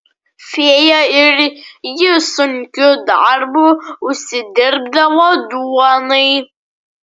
fėja ir ji sunkiu darbu užsidirbdavo duonai